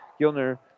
Gilner